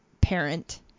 parent